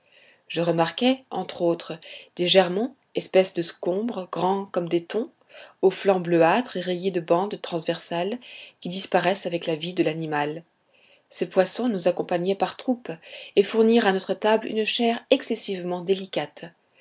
je remarquai entre autres des germons espèces de scombres grands comme des thons aux flancs bleuâtres et rayés de bandes transversales qui disparaissent avec la vie de l'animal ces poissons nous accompagnaient par troupes et fournirent à notre table une chair excessivement délicate